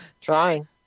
Trying